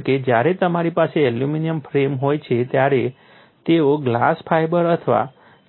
કારણ કે જ્યારે તમારી પાસે એલ્યુમિનિયમ ફ્રેમ હોય છે ત્યારે તેઓ ગ્લાસ ફાઇબર અથવા